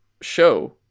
show